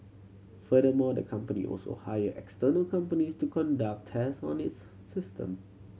furthermore the company also hire external companies to conduct test on its system